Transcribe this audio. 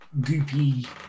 goopy